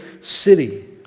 city